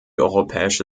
europäische